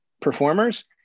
performers